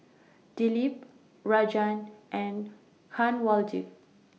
Dilip Rajan and Kanwaljit